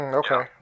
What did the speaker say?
okay